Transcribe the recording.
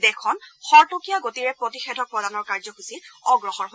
দেশখন খৰতকীয়া গতিৰে প্ৰতিষেধক প্ৰদানৰ কাৰ্যসূচীত অগ্ৰসৰ হৈছে